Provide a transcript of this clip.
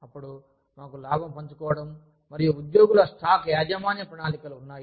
అప్పుడు మాకు లాభం పంచుకోవడం మరియు ఉద్యోగుల స్టాక్ యాజమాన్య ప్రణాళికలు ఉన్నాయి